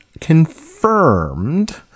confirmed